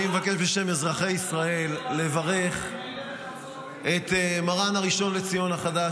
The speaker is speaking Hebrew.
בשם אזרחי ישראל אני מבקש לברך את מרן הראשון לציון החדש,